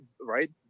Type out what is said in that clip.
right